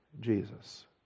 Jesus